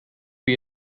wie